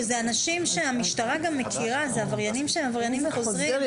אלו אנשים שהמשטרה גם מכירה, אלו עבריינים חוזרים.